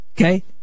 Okay